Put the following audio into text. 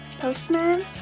Postman